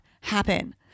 happen